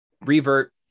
Revert